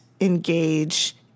engage